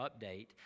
update